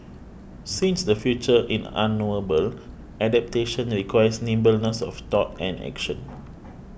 since the future in unknowable adaptation and requires nimbleness of thought and action